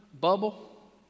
bubble